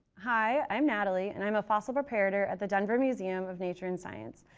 hi, i'm natalie. and i'm a fossil preparator at the denver museum of nature and science.